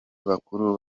bakuru